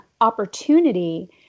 opportunity